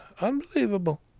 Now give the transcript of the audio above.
Unbelievable